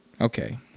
Okay